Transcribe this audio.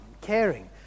caring